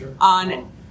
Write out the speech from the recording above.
on